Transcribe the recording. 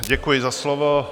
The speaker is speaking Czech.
Děkuji za slovo.